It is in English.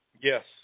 Yes